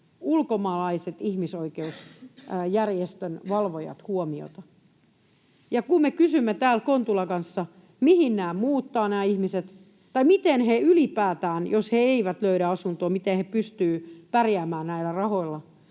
ulkomaalaiset ihmisoikeusjärjestön valvojat huomiota. Ja kun me kysymme täällä Kontulan kanssa, mihin nämä ihmiset muuttavat tai miten he ylipäätään, jos he eivät löydä asuntoa, pystyvät pärjäämään näillä rahoilla,